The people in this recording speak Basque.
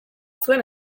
zuen